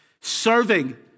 serving